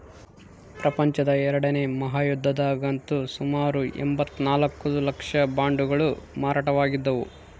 ಪ್ರಪಂಚದ ಎರಡನೇ ಮಹಾಯುದ್ಧದಗಂತೂ ಸುಮಾರು ಎಂಭತ್ತ ನಾಲ್ಕು ಲಕ್ಷ ಬಾಂಡುಗಳು ಮಾರಾಟವಾಗಿದ್ದವು